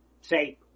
say